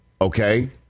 okay